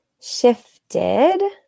shifted